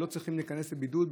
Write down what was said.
ולא צריכים להיכנס לבידוד,